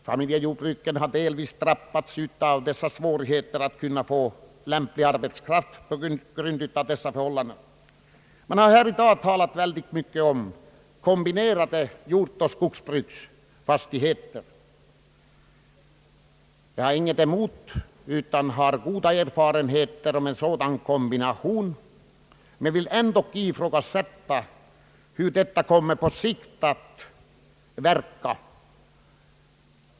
Familjejordbruket har till viss del drabbats av svårigheterna att kunna få lämplig arbetskraft på grund av dessa förhållanden. Det har i dag talats mycket om kombinerade jordoch skogsbruksfastigheter. Jag har inget emot en sådan kombination. Jag har tvärtom goda erfarenheter av den men vill ändå uttala mina tvivel om hur kombinationen kommer att fungera på längre sikt.